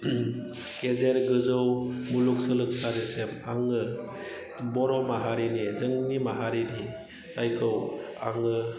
गेजेर गोजौ मुलुग सोलोंसालिसिम आङो बर' माहारिनि जोंनि माहारिनि जायखौ आङो